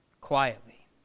quietly